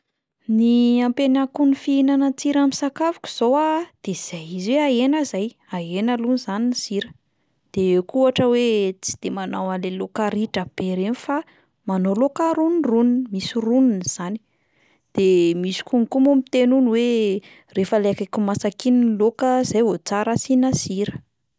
Ny ampihenako ny fihinanan-tsira amin'ny sakafoko zao a, de izay izy hoe ahena zay, ahena alohany zany ny sira, de eo koa ohatra hoe tsy de manao an'le laoka ritra be ireny fa manao laoka ronindroniny, misy roniny 'zany, de misy konko moa miteny hono hoe rehefa le akaiky ho masaka iny ny laoka zay vao tsara asiana sira.